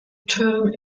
term